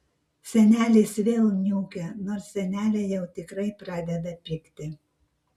senelis vėl niūkia nors senelė jau tikrai pradeda pykti